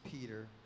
Peter